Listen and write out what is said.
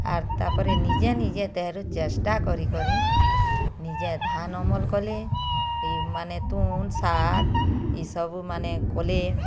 ଆର୍ ତାପରେ ନିଜେ ନିଜେ ତାହିଁରୁ ଚେଷ୍ଟା କରି କରି ନିଜେ ଧାନ୍ ଅମଲ୍ କଲେ ଏ ମାନେ ତୁଁନ୍ ଶାଗ୍ ଏ ସବୁ ମାନେ କଲେ